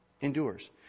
endures